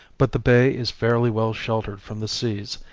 but the bay is fairly well sheltered from the seas,